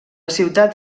ciutat